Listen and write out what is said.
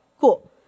cool